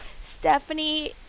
Stephanie